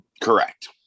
Correct